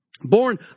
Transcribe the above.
Born